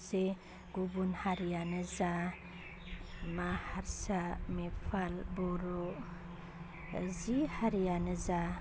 जे गुबुन हारियानो जा मा हारसा नेपाल बर' जि हारियानो जा